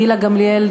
גילה גמליאל,